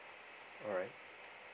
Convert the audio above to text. alright